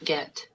Get